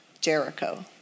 Jericho